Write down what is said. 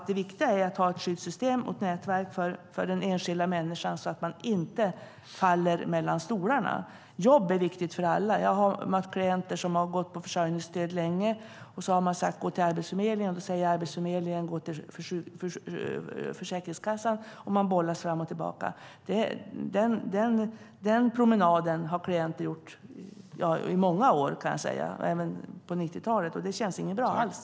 Det viktiga är att ha ett skyddssystem och ett nätverk för den enskilda människan så att ingen faller mellan stolarna. Jobb är viktigt för alla. Jag har mött klienter som har gått på försörjningsstöd länge och fått beskedet att gå till Arbetsförmedlingen. Sedan säger Arbetsförmedlingen att man ska gå till Försäkringskassan, och man bollas fram och tillbaka. Den promenaden har gjorts i många år, även på 90-talet, och det känns inte bra alls.